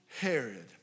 Herod